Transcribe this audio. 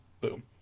Boom